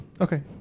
Okay